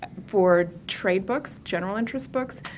for trade books, general interest books,